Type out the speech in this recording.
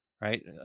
right